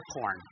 porn